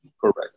Correct